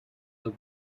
the